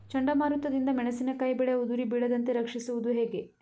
ಚಂಡಮಾರುತ ದಿಂದ ಮೆಣಸಿನಕಾಯಿ ಬೆಳೆ ಉದುರಿ ಬೀಳದಂತೆ ರಕ್ಷಿಸುವುದು ಹೇಗೆ?